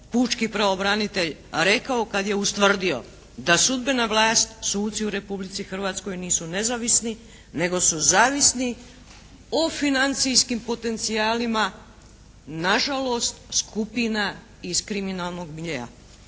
pučki pravobranitelj rekao kad je ustvrdio da sudbena vlast, suci u Republici Hrvatskoj nisu nezavisni nego su zavisni o financijskim potencijalima nažalost skupina iz kriminalnog miljea.